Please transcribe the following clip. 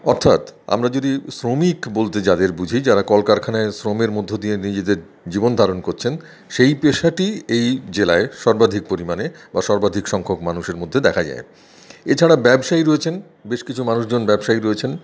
অর্থাৎ আমরা যদি শ্রমিক বলতে যাদের বুঝি যারা কলকারখানায় শ্রমের মধ্য দিয়ে নিজেদের জীবনধারণ করছেন সেই পেশাটি এই জেলায় সর্বাধিক পরিমাণে বা সর্বাধিক সংখ্যক মানুষের মধ্যে দেখা যায় এছাড়া ব্যবসায়ী রয়েছেন বেশ কিছু মানুষজন ব্যবসায়ী রয়েছেন